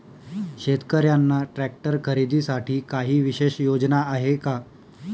शेतकऱ्यांना ट्रॅक्टर खरीदीसाठी काही विशेष योजना आहे का?